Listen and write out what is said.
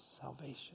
salvation